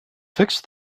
fixed